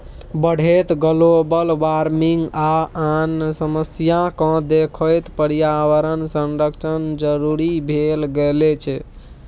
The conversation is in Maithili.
बढ़ैत ग्लोबल बार्मिंग आ आन समस्या केँ देखैत पर्यावरण संरक्षण जरुरी भए गेल छै